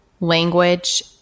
language